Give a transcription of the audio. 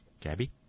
Gabby